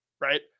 right